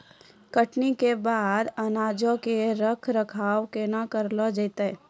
कटनी के बाद अनाजो के रख रखाव केना करलो जैतै?